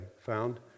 found